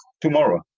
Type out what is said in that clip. tomorrow